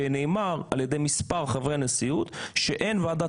ונאמר על-ידי מספר חברי נשיאות שאין ועדה